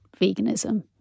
veganism